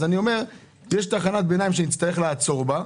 אני אומר שיש תחנת ביניים שנצטרך לעצור בה.